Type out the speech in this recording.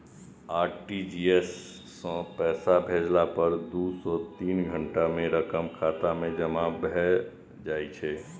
RTGS सं पैसा भेजला पर दू सं तीन घंटा मे रकम खाता मे जमा भए जाइ छै